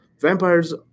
vampires